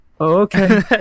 Okay